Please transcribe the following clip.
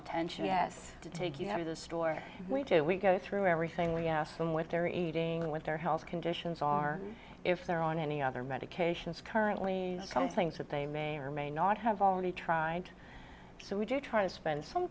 attention yes to take you out of the store we do we go through everything we ask them what they're eating with their health conditions are if they're on any other medications currently some things that they may or may not have already tried so we do try to spend some